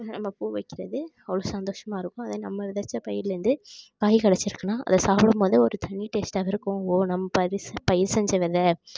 நம்ம பூ வைக்கிறது அவ்வளோ சந்தோஷமாகருக்கும் அதே நம்ம விதைத்த பயிருலேந்து பயிர் விளஞ்சிருக்குனா அதை சாப்பிடும் போது ஒரு தனி டேஸ்ட்டாகருக்கும் ஓ நம்ம பறித்த பயிர் செஞ்ச வெதை